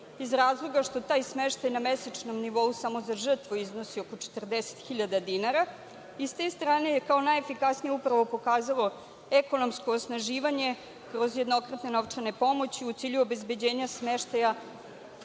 iz razloga što taj smeštaj na mesečnom nivou samo za žrtvu iznosu oko 40.000 dinara i sa te strane je kao najefikasniji upravo pokazalo ekonomsko osnaživanje kroz jednokratne novčane pomoći u cilju obezbeđenja smeštaja